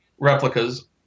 replicas